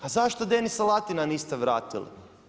A zašto Denisa Latina niste vratili?